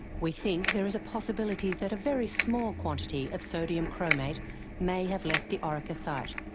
we think there is a possibility that a very small quantity of sodium chromate may have left the orica site,